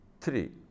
three